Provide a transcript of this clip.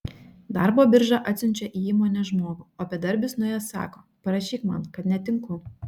darbo birža atsiunčia į įmonę žmogų o bedarbis nuėjęs sako parašyk man kad netinku